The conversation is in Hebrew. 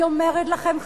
אני אומרת לכם,